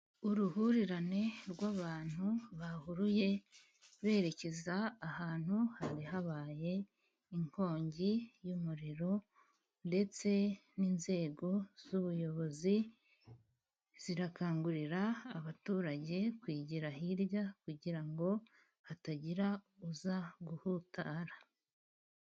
Uruhurirane rw'abantu bahuruye, berekeza ahantu hari habaye inkongi y'umuriro, ndetse n'inzego z'ubuyobozi zirakangurira abaturage kwigira hirya, kugira ngo hatagira uza guhutara.